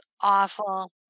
awful